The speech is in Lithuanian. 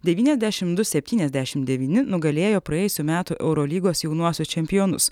devyniasdešimt du septyniasdešimt devyni nugalėjo praėjusių metų eurolygos jaunuosius čempionus